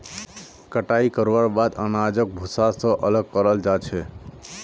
कटाई करवार बाद अनाजक भूसा स अलग कराल जा छेक